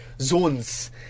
zones